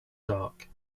dark